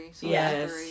Yes